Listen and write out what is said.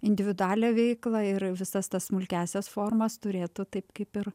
individualią veiklą ir visas tas smulkiąsias formas turėtų taip kaip ir